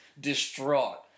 distraught